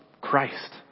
Christ